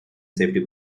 safety